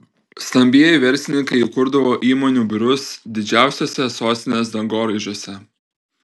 stambieji verslininkai įkurdavo įmonių biurus didžiausiuose sostinės dangoraižiuose